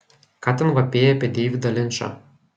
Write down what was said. ką ten vapėjai apie deividą linčą